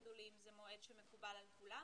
ותאמרו לי אם זה מועד שמקובל על כולם